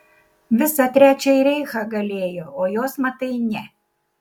visą trečiąjį reichą galėjo o jos matai ne